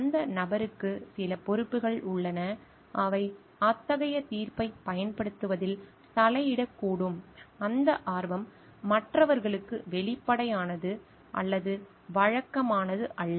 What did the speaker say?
அந்த நபருக்கு சில பொறுப்புகள் உள்ளன அவை அத்தகைய தீர்ப்பைப் பயன்படுத்துவதில் தலையிடக்கூடும் அந்த ஆர்வம் மற்றவர்களுக்கு வெளிப்படையானது அல்லது வழக்கமானது அல்ல